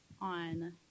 on